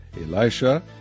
Elisha